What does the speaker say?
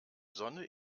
sonne